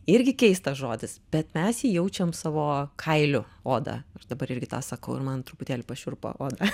irgi keistas žodis bet mes jį jaučiam savo kailiu oda aš dabar irgi tą sakau ir man truputėlį pašiurpo oda